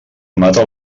mata